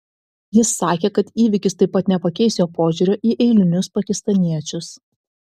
jis sakė kad įvykis taip pat nepakeis jo požiūrio į eilinius pakistaniečius